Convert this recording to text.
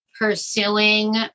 pursuing